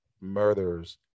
murders